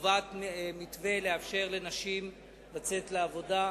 קובעת מתווה לאפשר לנשים לצאת לעבודה.